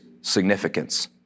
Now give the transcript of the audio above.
significance